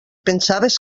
pensaves